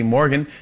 Morgan